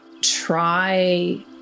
try